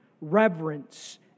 reverence